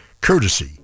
courtesy